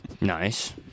Nice